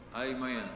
Amen